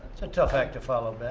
and tough act to follow,